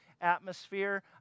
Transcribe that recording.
atmosphere